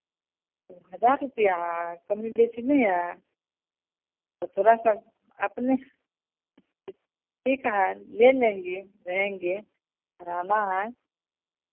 तो हज़ार रुपैया है कमी बेसी नहीं है तो थोड़ा सा अपने ठीक है ले लेंगे रहेंगे रहना है